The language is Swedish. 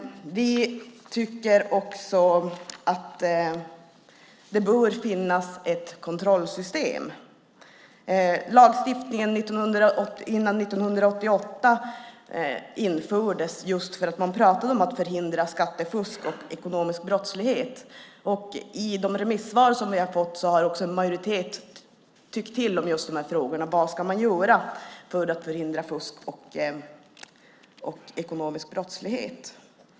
Vi tycker också att det bör finnas ett kontrollsystem. Den lagstiftning som infördes 1988 var just för att man pratade om att förhindra skattefusk och ekonomisk brottslighet. I remissvaren har en majoritet tyckt till om just dessa frågor, nämligen vad man ska göra för att förhindra fusk och ekonomisk brottslighet.